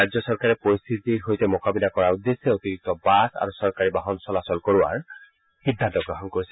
ৰাজ্য চৰকাৰে পৰিস্থিতিৰ সৈতে মোকাবিলা কৰাৰ উদ্দেশ্যে অতিৰিক্ত বাছ আৰু অন্য চৰকাৰী বাহন চলাচল কৰোৱাৰ সিদ্ধান্ত গ্ৰহণ কৰিছে